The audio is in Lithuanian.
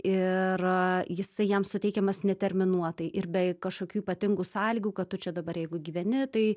ir jisai jam suteikiamas neterminuotai ir be kažkokių ypatingų sąlygų kad tu čia dabar jeigu gyveni tai